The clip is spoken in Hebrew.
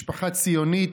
משפחה ציונית,